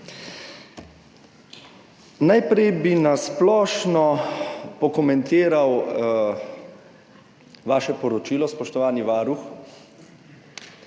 Najprej bi na splošno pokomentiral vaše poročilo, spoštovani varuh,